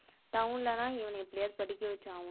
டவுன்லனா இவனை எப்படியாவது படிக்க வச்சி ஆகணும்